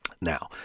Now